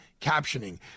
captioning